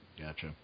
gotcha